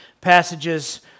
passages